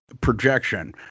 projection